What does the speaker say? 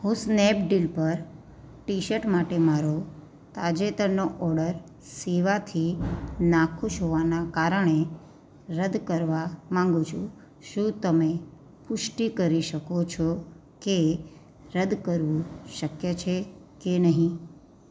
હું સ્નેપડીલ પર T shirt માટે મારો તાજેતરનો ઓર્ડર સેવાથી નાખુશ હોવા ને કારણે રદ કરવા માંગુ છું શું તમે પુષ્ટિ કરી શકો છો કે રદ કરવું શક્ય છે કે નહીં